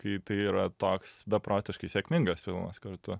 kai tai yra toks beprotiškai sėkmingas filmas kartu